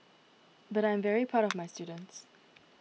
but I am very proud of my students